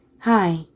Hi